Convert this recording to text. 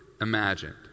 imagined